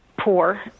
poor